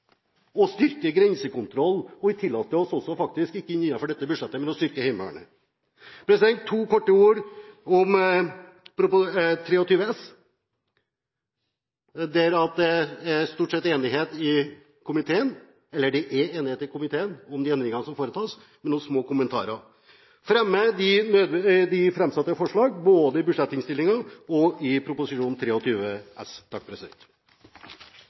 å styrke grensekontroll, og vi tillater oss også faktisk – riktignok ikke innenfor dette budsjettet – å styrke Heimevernet. To korte ord om Prop. 23 S: Det er enighet i komiteen om de endringene som foretas, med noen små kommentarer. Jeg fremmer de framsatte forslag i budsjettinnstillingen til Prop. 23 S. Representanten har tatt opp de forslagene han omtalte. Det blir replikkordskifte. I